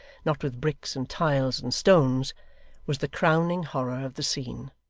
not with bricks and tiles and stones was the crowning horror of the scene.